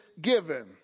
given